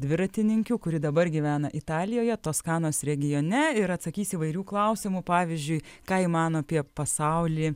dviratininkių kuri dabar gyvena italijoje toskanos regione ir atsakys įvairių klausimų pavyzdžiui ką ji mano apie pasaulį